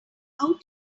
how